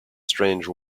strange